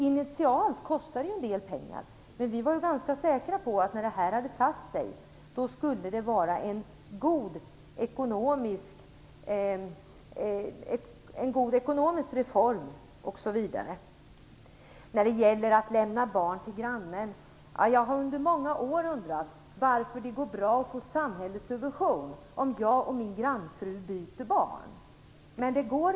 Initialt kostade detta en del pengar, men vi var ganska säkra på att det så småningom skulle vara en god ekonomisk reform. Margareta Israelsson talar om att man lämnar barnen till grannen. Jag har under många år undrat varför det går bra att få samhällets subvention om jag och min grannfru byter barn.